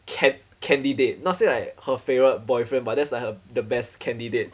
can~ candidate not say like her favourite boyfriend but that's like her the best candidate